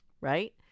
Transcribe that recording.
right